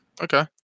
Okay